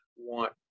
want